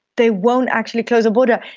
they won't actually close the border,